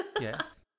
Yes